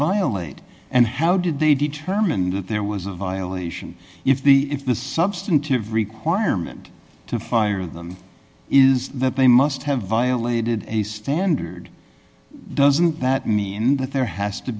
violate and how did they determine that there was a violation if the if the substantive requirement to fire them is that they must have violated a standard doesn't that mean that there has to